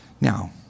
Now